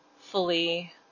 fully